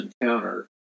encounter